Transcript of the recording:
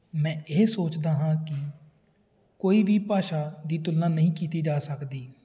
ਮੈਂ ਇਹ ਸੋਚਦਾ ਹਾਂ ਕਿ ਕੋਈ ਵੀ ਭਾਸ਼ਾ ਦੀ ਤੁਲਨਾ ਨਹੀਂ ਕੀਤੀ ਜਾ ਸਕਦੀ